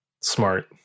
Smart